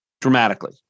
dramatically